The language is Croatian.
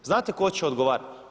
Znate tko će odgovarati?